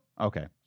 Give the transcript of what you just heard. Okay